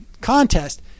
contest